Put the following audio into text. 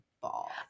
ball